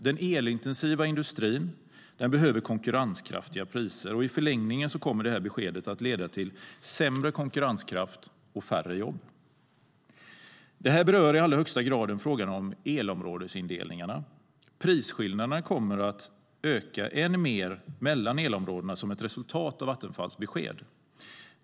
Den elintensiva industrin behöver konkurrenskraftiga priser. I förlängningen kommer beskedet att leda till sämre konkurrenskraft och färre jobb. Detta berör i allra högsta grad frågan om elområdesindelningarna. Prisskillnaderna kommer att öka än mer mellan elområdena som ett resultat av Vattenfalls besked.